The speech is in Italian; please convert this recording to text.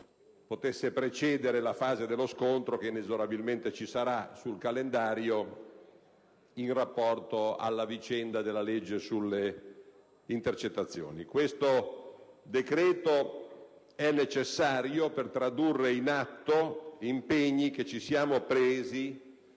possa precedere la fase dello scontro che inesorabilmente ci sarà sul calendario dei lavori in rapporto all'esame del provvedimento sulle intercettazioni. Questo decreto è necessario per tradurre in atto gli impegni che abbiamo preso